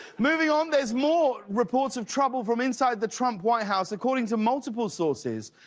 moving on, there's more reports of trouble from inside the trump white house. according to multiple sources,